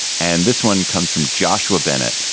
and this one comes from joshua bennett.